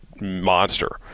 monster